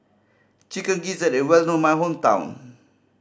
Chicken Gizzard is well known in my hometown